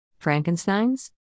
Frankensteins